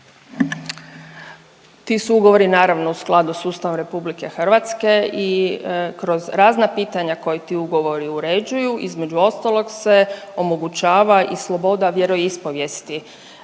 Ti su ugovori naravno u skladu s Ustavom RH i kroz razna pitanja koji ti ugovori uređuju između ostalog se omogućava i sloboda vjeroispovijesti velikog